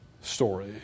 story